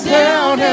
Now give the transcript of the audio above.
down